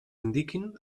indiquin